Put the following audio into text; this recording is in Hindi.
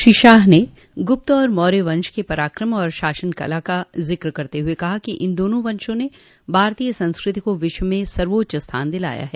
श्री शाह ने गुप्त और मौर्य वंश के पराक्रम और शासन कला का जिक्र करते हुये कहा कि इन दोनों वंशों ने भारतीय संस्कृति को विश्व में सर्वोच्च स्थान दिलाया ह